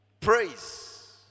Praise